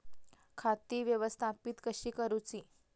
खाती व्यवस्थापित कशी करूची?